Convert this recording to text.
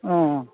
अ